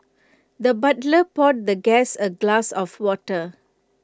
the butler poured the guest A glass of water